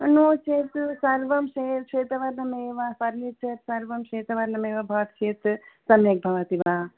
नो चेत् सर्वं शे श्वेतवर्णम् एव फ़र्निचर् सर्वं श्वेतवर्णमेव भवति चेत् सम्यक् भवति वा